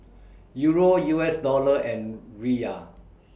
Euro U S Dollar and Riyal